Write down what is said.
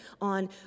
on